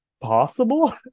possible